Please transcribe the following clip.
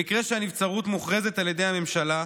במקרה שהנבצרות מוכרזת על ידי הממשלה,